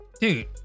dude